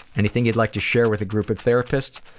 anything you'd like to share with a group of therapists?